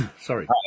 Sorry